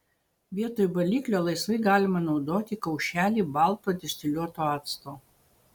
vietoj baliklio laisvai galima naudoti kaušelį balto distiliuoto acto